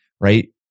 right